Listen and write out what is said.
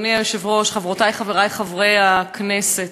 אדוני היושב-ראש, חברותי, חברי חברי הכנסת,